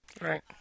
Right